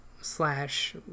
slash